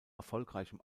erfolgreichem